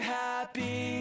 happy